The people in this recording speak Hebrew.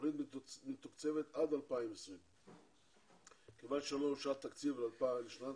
התוכנית מתוקצבת עד 2020. כיוון שלא אושר תקציב ל-2020,